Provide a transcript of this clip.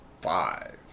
five